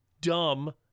dumb